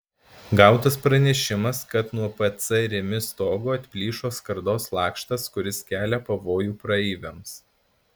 gautas pranešimas kad nuo pc rimi stogo atplyšo skardos lakštas kuris kelia pavojų praeiviams